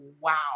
wow